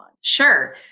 Sure